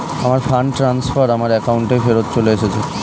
আমার fund transfer আমার অ্যাকাউন্টেই ফেরত চলে এসেছে